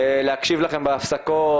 להקשיב לכם בהפסקות,